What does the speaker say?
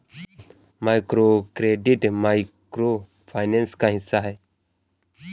microcredit micro finance का हिस्सा है